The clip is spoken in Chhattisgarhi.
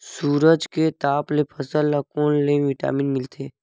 सूरज के ताप ले फसल ल कोन ले विटामिन मिल थे?